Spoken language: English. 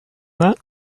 that